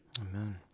Amen